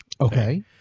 Okay